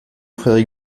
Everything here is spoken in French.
frédéric